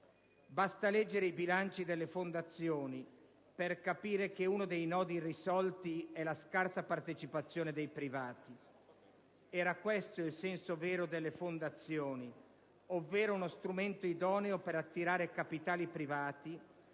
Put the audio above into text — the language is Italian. Basterebbe leggere i bilanci delle fondazioni per capire che uno dei nodi irrisolti è la scarsa partecipazione dei privati. Era questo il senso vero delle fondazioni, ovvero uno strumento idoneo ad attirare capitali privati,